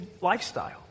lifestyle